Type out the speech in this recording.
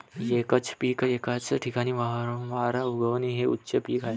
एकच पीक एकाच ठिकाणी वारंवार उगवणे हे उच्च पीक आहे